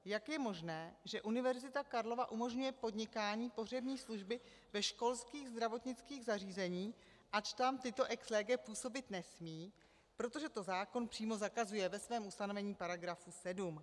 Jak je možné, že Univerzita Karlova umožňuje podnikání pohřební služby ve školských zdravotnických zařízeních, ač tam tyto ex lege působit nesmějí, protože to zákon přímo zakazuje ve svém ustanovení § 7.